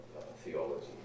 theology